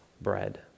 bread